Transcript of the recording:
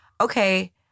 Okay